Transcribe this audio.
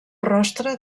rostre